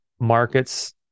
markets